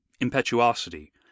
impetuosity